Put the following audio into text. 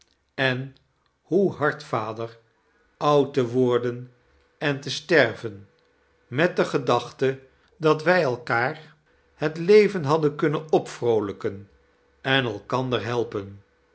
en hoe hard vader oud te worden en te sterven met de gedaclite dat wij elkaar liet leven haddea kuiinen opvroolijken en elkander helpen